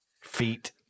Feet